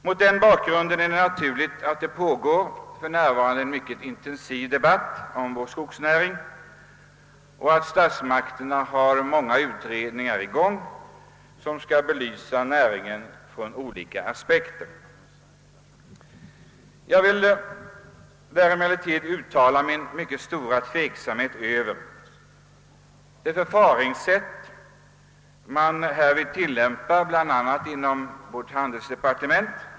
Mot denna bakgrund är det naturligt att det för närvarande pågår en mycket intensiv debatt om vår skogsnäring och att statsmakterna har många utredningar i gång som skall belysa den från olika aspekter. Jag vill emellertid uttala mycket starka tvivel med avseende på det förfaringssätt man härvidlag tillämpar, bland annat inom handelsdepartementet.